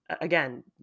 again